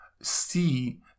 see